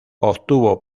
obtuvo